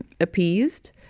appeased